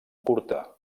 curta